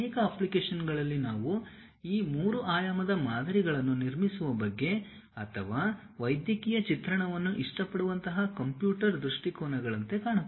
ಅನೇಕ ಅಪ್ಲಿಕೇಶನ್ಗಳಲ್ಲಿ ನಾವು ಈ 3 ಆಯಾಮದ ಮಾದರಿಗಳನ್ನು ನಿರ್ಮಿಸುವ ಬಗ್ಗೆ ಅಥವಾ ವೈದ್ಯಕೀಯ ಚಿತ್ರಣವನ್ನು ಇಷ್ಟಪಡುವಂತಹ ಕಂಪ್ಯೂಟರ್ ದೃಷ್ಟಿಕೋನಗಳಂತೆ ಕಾಣುತ್ತದೆ